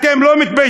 אתם לא מתביישים?